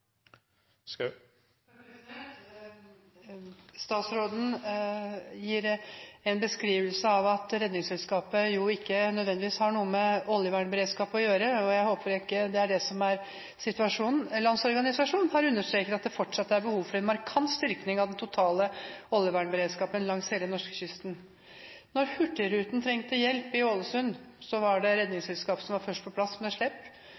Statsråden gir en beskrivelse av at Redningsselskapet ikke nødvendigvis har noe med oljevernberedskap å gjøre, og jeg håper ikke det er det som er situasjonen. Landsorganisasjonen har understreket at det fortsatt er behov for en markant styrking av den totale oljevernberedskapen langs hele norskekysten. Da hurtigruten trengte hjelp i Ålesund, var det Redningsselskapet som var først på plass med